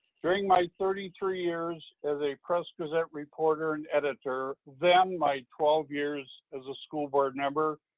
during my thirty three years as a press gazette reporter and editor, then my twelve years as a school board member,